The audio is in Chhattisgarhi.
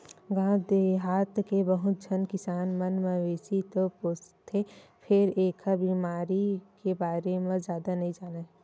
गाँव देहाथ के बहुत झन किसान मन मवेशी तो पोसथे फेर एखर बेमारी के बारे म जादा नइ जानय